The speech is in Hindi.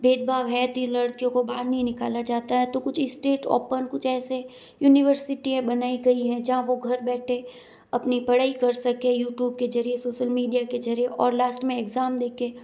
भेदभाव है लड़कियों को बाहर नहीं निकाला जाता है कुछ स्टेट ओपन कुछ ऐसे यूनिवर्सिटीयां बनाई गई हैं जहाँ वह घर बैठे अपनी पढ़ाई कर सके यूट्यूब के जरिए सोशल मीडिया के जरिए और लास्ट में इग्ज़ैम दे के